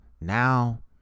Now